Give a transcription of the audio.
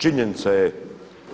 Činjenica je